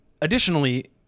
Additionally